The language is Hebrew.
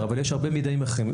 אבל יש הרבה מידעים אחרים.